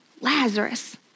Lazarus